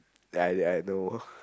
I I no